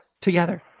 together